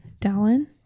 Dallin